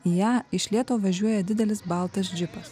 ją iš lėto važiuoja didelis baltas džipas